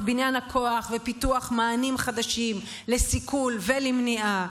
בניין הכוח ופיתוח מענים חדשים לסיכול ולמניעה,